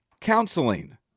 Counseling